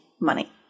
money